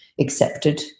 accepted